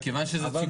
מכיוון שזה ציבורי,